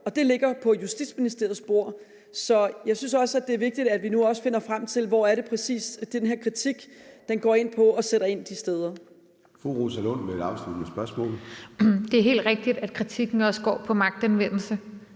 og det ligger på Justitsministeriets bord. Så jeg synes også, det er vigtigt, at vi nu finder frem til, hvad det præcis er, den her kritik går på, og sætter ind de steder. Kl. 13:52 Formanden (Søren Gade):